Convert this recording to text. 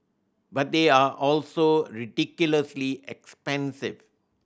but they are also ridiculously expensive